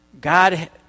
God